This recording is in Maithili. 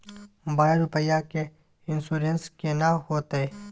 बारह रुपिया के इन्सुरेंस केना होतै?